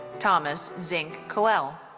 thomas zink koelle.